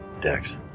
dex